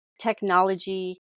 technology